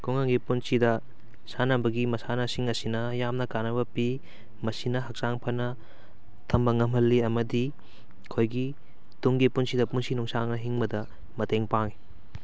ꯈꯨꯡꯒꯪꯒꯤ ꯄꯨꯟꯁꯤꯗ ꯁꯥꯟꯅꯕꯒꯤ ꯃꯁꯥꯟꯅꯁꯤꯡ ꯑꯁꯤꯅ ꯌꯥꯝꯅ ꯀꯥꯟꯅꯕ ꯄꯤ ꯃꯁꯤꯅ ꯍꯛꯆꯥꯡ ꯐꯅ ꯊꯝꯕ ꯉꯝꯍꯜꯂꯤ ꯑꯃꯗꯤ ꯑꯩꯈꯣꯏꯒꯤ ꯇꯨꯡꯒꯤ ꯄꯨꯟꯁꯤꯗ ꯄꯨꯟꯁꯤ ꯅꯨꯡꯁꯥꯡꯅ ꯍꯤꯡꯕꯗ ꯃꯇꯦꯡ ꯄꯥꯡꯉꯤ